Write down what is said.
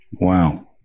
Wow